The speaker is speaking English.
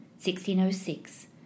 1606